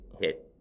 hit